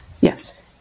Yes